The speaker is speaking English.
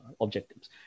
objectives